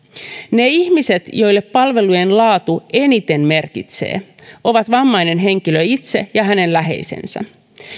ne ihmiset joille palveluiden laatu eniten merkitsee ovat vammainen henkilö itse ja hänen läheisensä